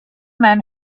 men